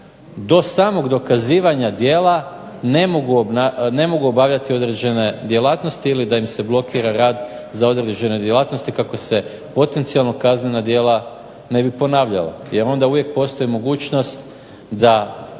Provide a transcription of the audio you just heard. do samog dokazivanja djela ne mogu obavljati određene djelatnosti ili da im se blokira rad za određene djelatnosti kako se potencijalno kaznena djela ne bi ponavljala jer onda uvijek postoji mogućnost da